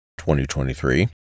2023